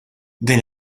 din